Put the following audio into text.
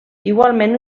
igualment